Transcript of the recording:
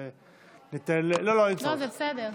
זה בסדר.